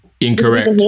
Incorrect